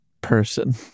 person